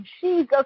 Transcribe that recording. Jesus